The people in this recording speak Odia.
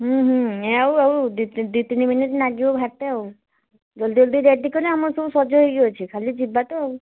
ଏ ଆଉ ଆଉ ଦୁଇ ତିନି ମିନିଟ୍ ନାଗିବ ଭାରିତେ ଆଉ ଜଲଦି ଜଲଦି ରେଡ଼ି କରେ ଆମର ସବୁ ସଜ ହେଇକି ଅଛି ଖାଲି ଯିବା ତ ଆଉ